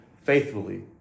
faithfully